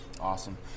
Awesome